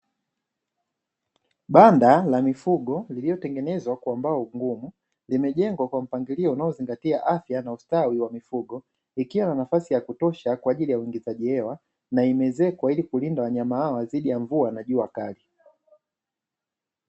Banda la mifugo lililotengenezwa kwa mbao ngumu limejengwa kwa mpangilio unaozingatia afya na ustawi wa mifugo, ikiwa na nafasi ya kutosha kwa ajili ya uingizaji hewa, na limezekwa ili kulinda wanyama dhidi ya mvua na jua kali.